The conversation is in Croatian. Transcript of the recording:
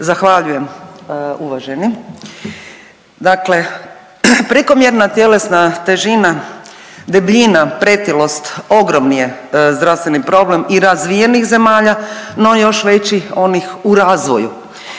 Zahvaljujem uvaženi. Dakle prekomjerna tjelesna težina, debljina, pretilost, ogromni je zdravstveni problem i razvijenih zemalja, no još veći onih u razvoju.